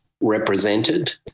represented